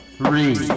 three